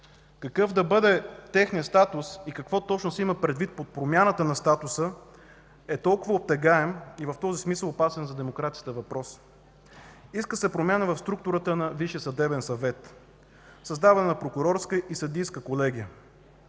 Какъв да бъде техният статус и какво точно се има предвид под промяната на статуса е толкова обтекаем, и в този смисъл – опасен за демокрацията, въпрос. Иска се промяна в структурата на Висшия съдебен съвет, създаване на прокурорска и съдийска колегия.